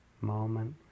moment